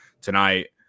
tonight